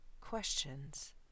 questions